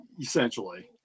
essentially